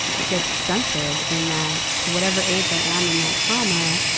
gets stunted, in that whatever age i am in that trauma,